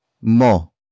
mo